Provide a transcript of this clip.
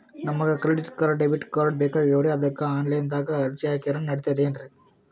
ನಮಗ credit card, debit card ಬೇಕಾಗ್ಯಾವ್ರೀ ಅದಕ್ಕ ಆನಲೈನದಾಗ ಅರ್ಜಿ ಹಾಕಿದ್ರ ನಡಿತದೇನ್ರಿ?